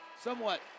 somewhat